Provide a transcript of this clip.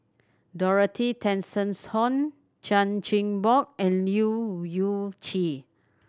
Dorothy Tessensohn Chan Chin Bock and Leu Yew Chye